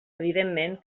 evidentment